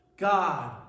God